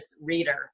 reader